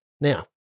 Now